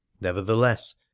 nevertheless